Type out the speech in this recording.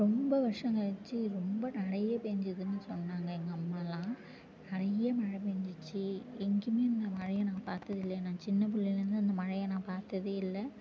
ரொம்ப வருஷம் கழித்து ரொம்ப நிறைய பேஞ்சிதுன்னு சொன்னாங்க எங்கள் அம்மாலாம் நிறைய மழை பேஞ்சிச்சு எங்கேயுமே இந்த மழையை நான் பார்த்தது இல்லை நான் சின்ன பிள்ளையிலேருந்து இந்த மழையை நான் பார்த்ததே இல்லை